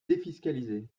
défiscalisé